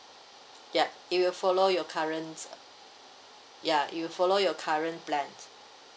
ya it will follow your current ya it will follow your current plan